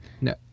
No